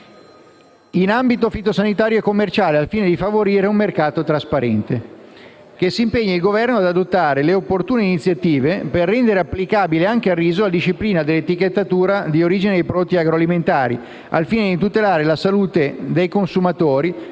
in ambito fitosanitario e commerciale, al fine di favorire un mercato trasparente; 3) ad adottare le opportune iniziative per rendere applicabile anche al riso la disciplina sull'etichettatura di origine dei prodotti agroalimentari, al fine di tutelare la salute dei consumatori e preservare e